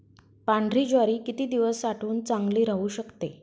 पांढरी ज्वारी किती दिवस साठवून चांगली राहू शकते?